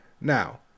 Now